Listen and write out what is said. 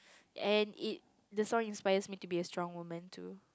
and it the song inspire me to be a strong woman too